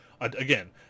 again